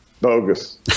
Bogus